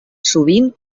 sovint